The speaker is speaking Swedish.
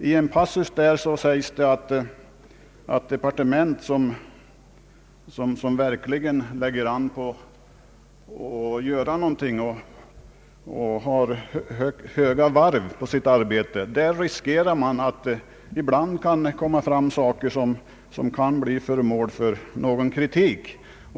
I en passus i boken sägs att i departement som verkligen lägger an på att göra någonting och som har högt varv på sitt arbete riskerar man att det ibland kommer fram saker som kan bli föremål för kritik.